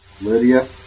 Lydia